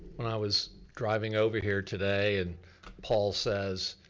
when i was driving over here today and paul says,